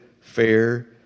fair